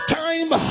time